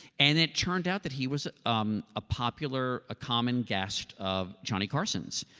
and it turned out that he was um a popular. a common guest of johnny carson's,